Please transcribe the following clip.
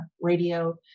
radio